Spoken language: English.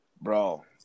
Bro